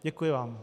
Děkuji vám.